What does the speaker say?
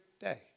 day